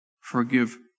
forgive